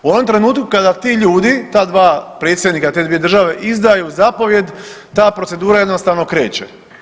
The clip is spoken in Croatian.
U onom trenutku kada ti ljudi, ta dva predsjednika te dvije države izdaju zapovijed, ta procedura jednostavno kreće.